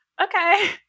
okay